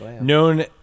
known